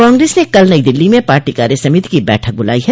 कांग्रेस ने कल नई दिल्ली में पार्टी कार्य समिति की बैठक बुलाई है